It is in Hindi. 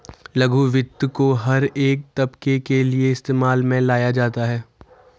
लघु वित्त को हर एक तबके के लिये इस्तेमाल में लाया जाता है